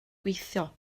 gweithio